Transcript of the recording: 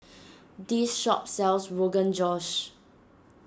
this shop sells Rogan Josh